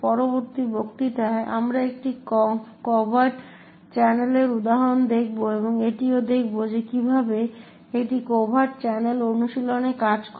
পরবর্তী বক্তৃতায় আমরা একটি কভার্ট চ্যানেলের উদাহরণ দেখব এবং এটিও দেখব যে কীভাবে একটি কভার্ট চ্যানেল অনুশীলনে কাজ করে